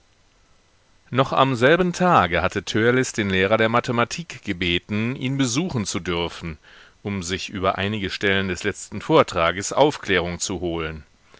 noch am selben tage hatte törleß den lehrer der mathematik gebeten ihn besuchen zu dürfen um sich über einige stellen des letzten vortrages aufklärung zu holen